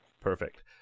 Perfect